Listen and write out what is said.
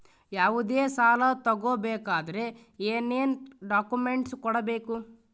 ಯಾವುದೇ ಸಾಲ ತಗೊ ಬೇಕಾದ್ರೆ ಏನೇನ್ ಡಾಕ್ಯೂಮೆಂಟ್ಸ್ ಕೊಡಬೇಕು?